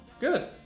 Good